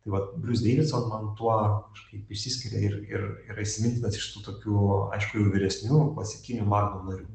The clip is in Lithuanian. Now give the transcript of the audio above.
tai vat brius deividson man tuo kažkaip išsiskiria ir ir yra įsimintinas iš tų tokių aišku jau vyresnių klasikinių magnum narių